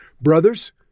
Brothers